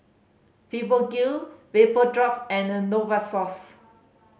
Fibogel Vapodrops and Novosource